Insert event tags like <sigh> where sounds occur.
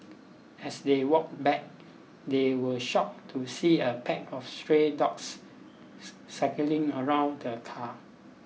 as they walked back they were shocked to see a pack of stray dogs <unintelligible> circling around the car